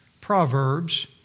Proverbs